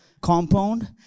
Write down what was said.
compound